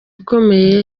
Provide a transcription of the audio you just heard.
ikomeye